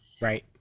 Right